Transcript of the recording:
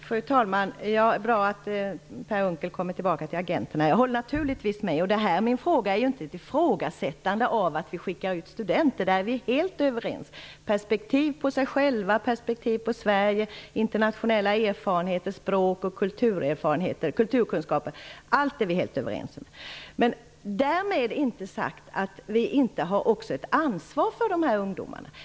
Fru talman! Det är bra att Per Unckel skall återkomma till frågan om agenterna. Jag håller naturligtvis med om det han säger. Jag ifrågasätter naturligtvis inte att vi skickar ut studenter. Om detta är vi helt överens. De får perspektiv på sig själva, perspektiv på Sverige, internationella erfarenheter, språk och kulturkunskaper -- vi är helt överens om allt detta. Därmed inte sagt att vi inte också har ett ansvar för de här ungdomarna.